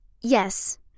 Yes